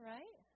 Right